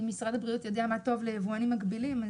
אם משרד הבריאות יודע מה טוב ליבואנים מקבילים,